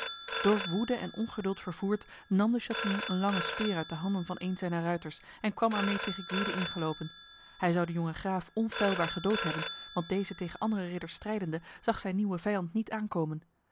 door woede en ongeduld vervoerd nam de chatillon een lange speer uit de handen van een zijner ruiters en kwam ermee tegen gwyde ingelopen hij zou de jonge graaf onfeilbaar gedood hebben want deze tegen andere ridders strijdende zag zijn nieuwe vijand niet aankomen